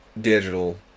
digital